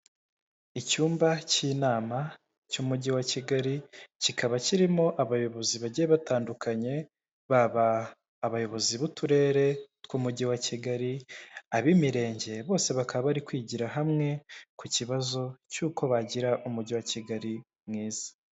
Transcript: Icyumba cy'inama cy'umujyi wa Kigali, kikaba kirimo abayobozi bagiye batandukanye baba abayobozi b'uturere tw'umujyi wa Kigali, ab'imirenge, bose bakaba bari kwigira hamwe ku kibazo cy'uko bagira umujyi wa Kigali mwiza.